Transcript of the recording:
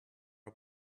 are